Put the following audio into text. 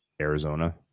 Arizona